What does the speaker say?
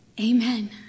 Amen